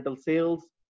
sales